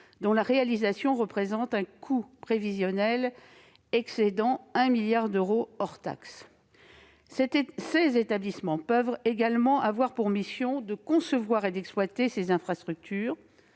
dont la réalisation représente un coût prévisionnel excédant 1 milliard d'euros hors taxes. Ces établissements peuvent également avoir pour mission de concevoir et d'exploiter ces infrastructures